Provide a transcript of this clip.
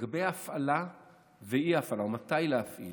לגבי הפעלה ואי-הפעלה, או מתי להפעיל,